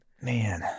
Man